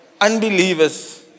Unbelievers